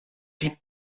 die